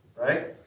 right